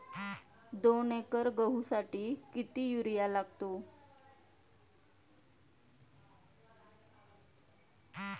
दोन एकर गहूसाठी किती युरिया लागतो?